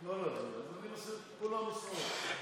לא להצביע, אז כולן מוסרות.